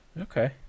Okay